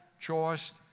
choice